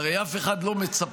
הרי אף אחד לא מצפה,